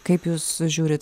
kaip jūs žiūrit